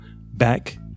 Back